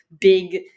big